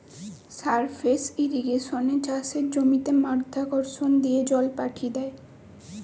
surface ইর্রিগেশনে চাষের জমিতে মাধ্যাকর্ষণ দিয়ে জল পাঠি দ্যায়